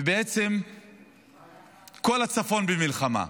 ובעצם כל הצפון במלחמה.